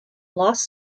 lost